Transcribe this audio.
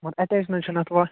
مگر اَٹیچ نَہ حظ چھِنہٕ اَتھ واش